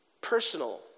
personal